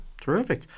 Terrific